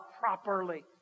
properly